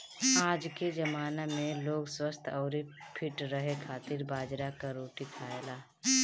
आजके जमाना में लोग स्वस्थ्य अउरी फिट रहे खातिर बाजरा कअ रोटी खाएला